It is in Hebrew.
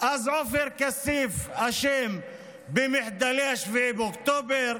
אז עופר כסיף אשם במחדלי 7 באוקטובר,